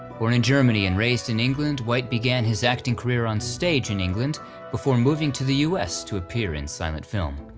born in germany and raised in england white began his acting career on stage in england before moving to the us to appear in silent film.